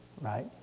right